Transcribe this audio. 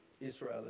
Israel